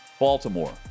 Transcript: Baltimore